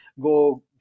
go